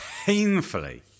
Painfully